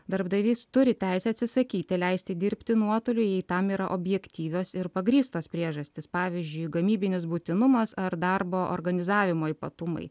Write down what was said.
darbdavys turi teisę atsisakyti leisti dirbti nuotoliu jei tam yra objektyvios ir pagrįstos priežastys pavyzdžiui gamybinis būtinumas ar darbo organizavimo ypatumai